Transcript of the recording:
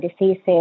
diseases